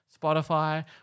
Spotify